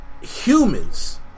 humans